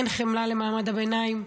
אין חמלה למעמד הביניים,